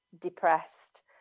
depressed